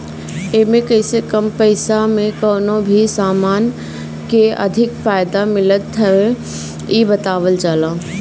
एमे कइसे कम पईसा में कवनो भी समान के अधिक फायदा मिलत हवे इ बतावल जाला